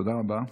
תודה רבה.